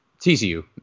TCU